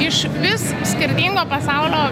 iš vis skirtingo pasaulio